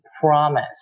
promise